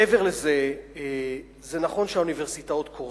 מעבר לזה, זה נכון שהאוניברסיטאות קורסות.